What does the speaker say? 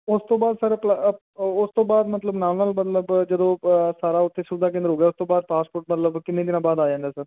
ਉਸ ਤੋਂ ਬਾਅਦ ਸਰ ਉਸ ਤੋਂ ਬਾਅਦ ਮਤਲਬ ਨਾਲ ਨਾਲ ਮਤਲਬ ਜਦੋਂ ਸਾਰਾ ਉਥੇ ਸੁਵਿਧਾ ਕੇਂਦਰ ਹੋ ਗਿਆ ਉਸ ਤੋਂ ਬਾਅਦ ਪਾਸਪੋਰਟ ਮਤਲਬ ਕਿੰਨੇ ਦਿਨਾਂ ਬਾਅਦ ਆ ਜਾਂਦਾ ਸਰ